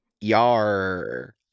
Yar